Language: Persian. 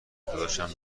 داداشم